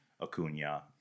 Acuna